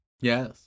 Yes